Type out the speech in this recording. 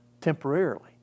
Temporarily